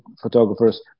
photographers